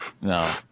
No